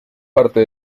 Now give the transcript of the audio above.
parte